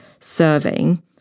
serving